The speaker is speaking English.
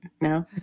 no